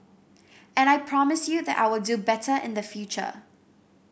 and I promise you that I will do better in the future